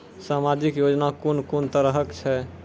समाजिक योजना कून कून तरहक छै?